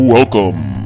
Welcome